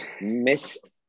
missed